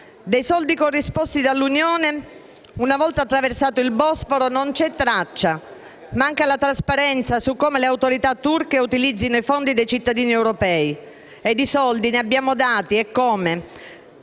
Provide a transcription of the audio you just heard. Dei soldi corrisposti dall'Unione europea, una volta attraversato il Bosforo, non c'è traccia: manca la trasparenza su come le autorità turche utilizzino i fondi dei cittadini europei. E di soldi ne abbiamo dati, eccome.